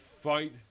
fight